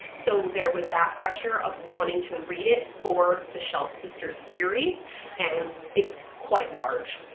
so there was that pressure of wanting to read it for the shelf sisters series and it's quite large,